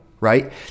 right